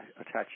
attached